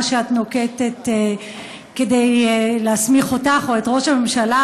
שאת נוקטת כדי להסמיך אותך או את ראש הממשלה.